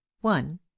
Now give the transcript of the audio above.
one